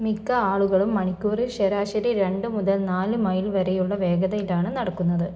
മിക്ക ആളുകളും മണിക്കൂറിൽ ശരാശരി രണ്ടു മുതൽ നാല് മൈൽ വരെയുള്ള വേഗതയിലാണ് നടക്കുന്നത്